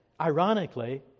ironically